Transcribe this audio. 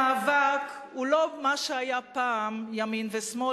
הרי המאבק הוא לא מה שהיה פעם ימין ושמאל,